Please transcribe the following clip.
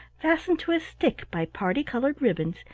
fastened to a stick by parti-colored ribbons,